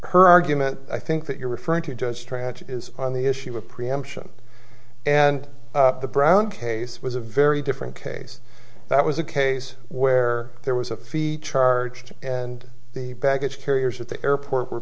her argument i think that you're referring to judge tranche is on the issue of preemption and the brown case was a very different case that was a case where there was a fee charged and the baggage carriers at the airport were